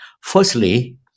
Firstly